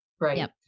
right